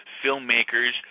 filmmakers